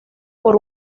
con